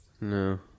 No